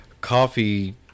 coffee